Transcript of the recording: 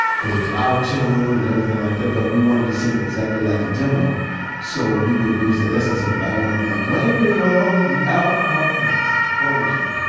because it was out of tune and everything like but we wanted to sing it exactly like the demo so we wouldn't lose the essence of it. i don't want to be like blame it on the alcohol, you know, corny shit.